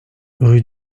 rue